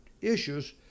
issues